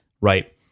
right